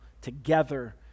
together